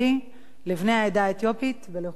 לבני העדה האתיופית ולאוכלוסיות נוספות.